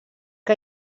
que